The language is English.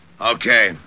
Okay